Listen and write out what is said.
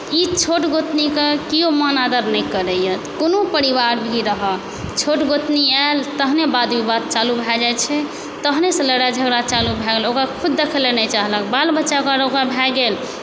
ई छोट गोतनीके किओ मान आदर नहि करैया कोनो परिवार भी रहै छोट गोतनी आयल तहने वाद विवाद चालू भए जाइ छै तहने से लड़ाइ झगड़ा चालू भऽ गेल ओकरा खुद देखए ला नहि चाहै छै बाल बच्चा अगर ओकर भए गेल